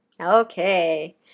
Okay